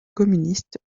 communiste